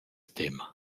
temma